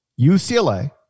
UCLA